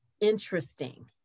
interesting